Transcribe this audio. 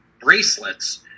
bracelets